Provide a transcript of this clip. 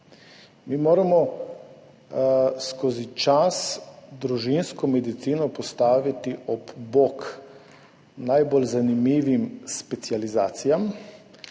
Mi moramo čez čas družinsko medicino postaviti ob bok najbolj zanimivim specializacijam